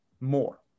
more